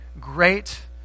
great